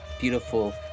beautiful